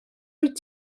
wyt